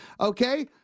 Okay